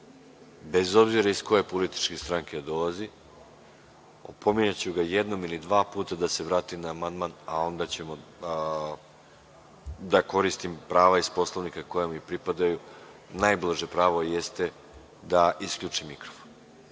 bez obzira iz koje političke stranke dolazi, opominjaću ga jednom ili dva puta da se vrati na amandman, a onda ću da koristim prava Poslovnika koja mi pripadaju, najblaže pravo jeste da isključim mikrofon,